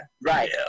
right